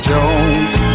Jones